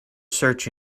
search